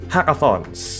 Hackathons